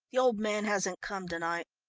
the old man hasn't come to-night.